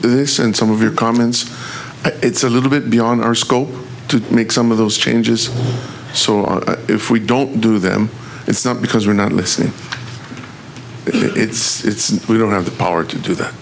this and some of your comments it's a little bit beyond our scope to make some of those changes so if we don't do them it's not because we're not listening it's we don't have the power to do that